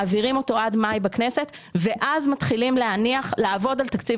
מעבירים אותה עד מאי בכנסת ואז מתחילים לעבוד על תקציב